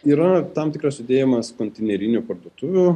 yra tam tikras judėjimas konteinerinių parduotuvių